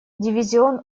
дивизион